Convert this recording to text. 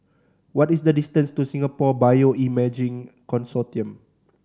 what is the distance to Singapore Bioimaging Consortium